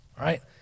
right